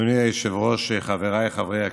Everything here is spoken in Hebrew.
אדוני היושב-ראש, חבריי חברי הכנסת,